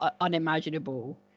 unimaginable